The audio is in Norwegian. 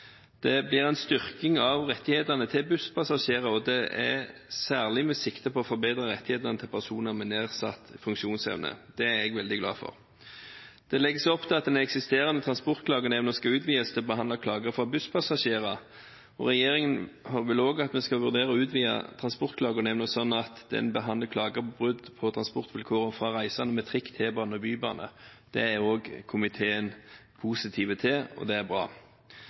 Det blir en styrking av rettighetene til busspassasjerer, og det er særlig med sikte på å forbedre rettighetene til personer med nedsatt funksjonsevne. Det er jeg veldig glad for. Det legges opp til at den eksisterende Transportklagenemnda skal utvides til å behandle klager fra busspassasjerer, og regjeringen håper òg at vi skal vurdere å utvide Transportklagenemnda sånn at den behandler klager og brudd på transportvilkårene for reisende med trikk, T-bane og bybane. Det er òg komiteen positiv til, og det er bra.